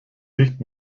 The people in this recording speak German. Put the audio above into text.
nicht